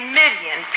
million